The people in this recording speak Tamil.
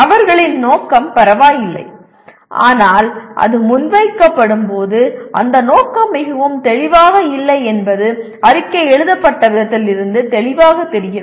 அவர்களின் நோக்கம் பரவாயில்லை ஆனால் அது முன்வைக்கப்படும் போது அந்த நோக்கம் மிகவும் தெளிவாக இல்லை என்பது அறிக்கை எழுதப்பட்ட விதத்திலிருந்து தெளிவாகத் தெரிகிறது